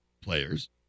players